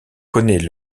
connaît